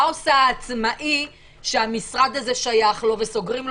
מה עושה העצמאי שהמשרד הזה שייך לו וסוגרים לו?